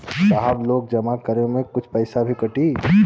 साहब लोन जमा करें में कुछ पैसा भी कटी?